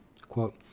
Quote